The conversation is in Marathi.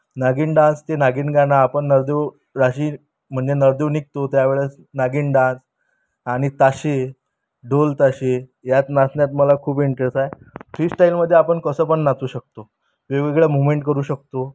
नागीण डान्स ते नागीण गाणं आपण नरदेव राशी म्हणजे नवरदेव निघतो त्या वेळेस नागीण डान्स आणि ताशी ढोल ताशे यात नाचण्यात मला खूप इंटरेस आहे फ्रीस्टाईलमध्ये आपण कसं पण नाचू शकतो वेगवेगळ्या मूव्हमेंट करू शकतो